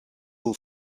will